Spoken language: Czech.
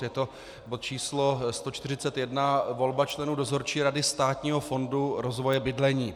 Je to bod číslo 141 volba členů Dozorčí rady Státního fondu rozvoje bydlení.